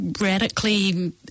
radically